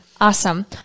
Awesome